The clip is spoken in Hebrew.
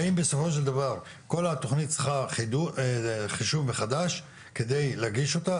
האם בסופו של דבר כל התכנית צריכה חישוב מחדש על מנת להגיד אותה?